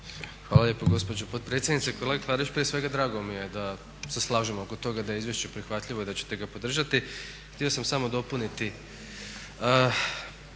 Hvala lijepo gospođo potpredsjednice. Kolega Klarić, prije svega drago mi je da se slažemo oko toga da je izvješće prihvatljivo i da ćete ga podržati. Htio sam samo dopuniti